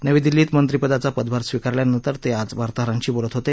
नवी दिल्लीत मंत्री पदाचा पदभार स्वीकारल्यानंतर ते आज वार्ताहरांशी बोलत होते